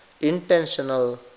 intentional